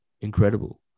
incredible